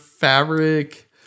fabric